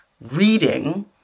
reading